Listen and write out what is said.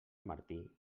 martí